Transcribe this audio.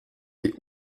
die